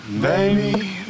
baby